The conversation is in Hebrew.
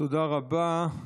תודה רבה.